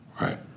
Right